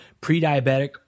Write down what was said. pre-diabetic